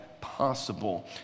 possible